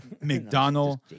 McDonald